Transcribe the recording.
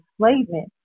enslavement